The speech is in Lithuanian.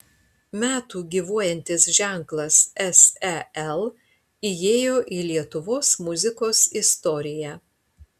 metų gyvuojantis ženklas sel įėjo į lietuvos muzikos istoriją